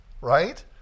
Right